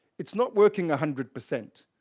it's not working a hundred percent,